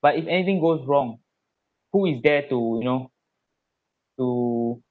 but if anything goes wrong who is there to you know to